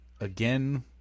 again